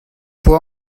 poa